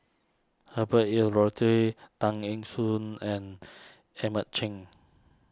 Herbert Eleuterio Tan Eng Soon and Edmund Cheng